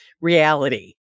reality